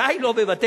בוודאי לא בבתי-משפט.